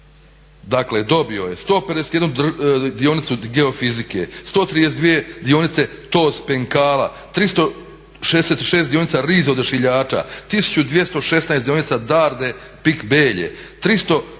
imovinu dobio 151 dionicu Geofizike, 132 dionice TOZ penkala, 366 dionica RIZ odašiljača, 1216 dionica Darde PIK Belje, 352 dionice